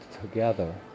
together